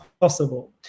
possible